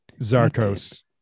Zarkos